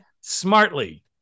smartly